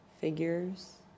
figures